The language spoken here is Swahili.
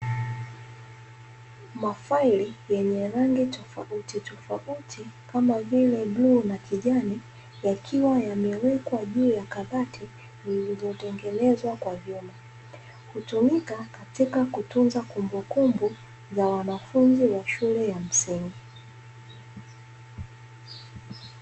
Mafaili yenye rangi tofauti tofauti kama vile bluu na kijani yakiwa yamewekwa juu ya kabati lililotengenezwa kwa vyuma, hutumika katika kutunza kumbukumbu za wanafunzi wa shule ya msingi.